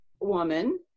woman